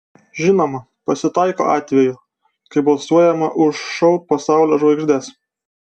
žinoma pasitaiko atvejų kai balsuojama už šou pasaulio žvaigždes